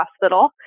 Hospital